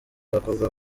abakobwa